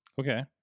Okay